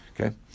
Okay